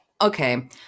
okay